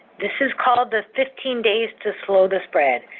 this is called the fifteen days to slow the spread.